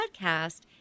podcast